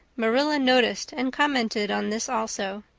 marilla noticed and commented on this also.